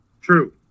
True